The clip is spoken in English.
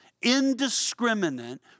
indiscriminate